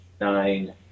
Nine